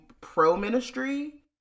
pro-ministry